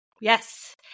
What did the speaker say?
yes